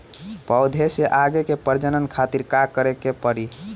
पौधा से आगे के प्रजनन खातिर का करे के पड़ी?